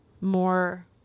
more